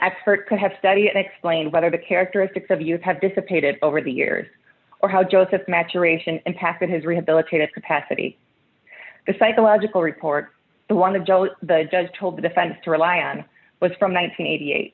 expert could have studied and explained whether the characteristics of you have dissipated over the years or how joseph maturation impacted his rehabilitated capacity the psychological reports one of the judge told the defense to rely on was from nine hundred and eighty eight